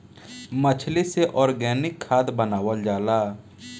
मछली से ऑर्गनिक खाद्य बनावल जाला